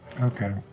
Okay